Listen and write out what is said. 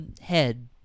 head